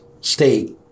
state